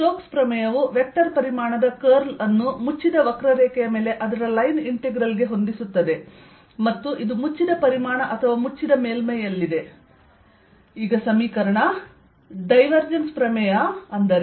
stroke ನ ಪ್ರಮೇಯವು vector ಪರಿಮಾಣದ ಕರ್ಲ್ ಅನ್ನು ಮುಚ್ಚಿದ ವಕ್ರರೇಖೆಯ ಮೇಲೆ ಅದರ ಲೈನ್ ಇಂಟೆಗ್ರಲ್ ಗೆ ಹೊಂದಿಸುತ್ತದೆ ಮತ್ತು ಇದು ಮುಚ್ಚಿದ ಪರಿಮಾಣ ಅಥವಾ ಮುಚ್ಚಿದ ಮೇಲ್ಮೈಯಲ್ಲಿದೆ